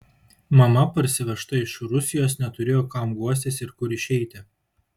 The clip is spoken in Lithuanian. mama parsivežta iš rusijos neturėjo kam guostis ir kur išeiti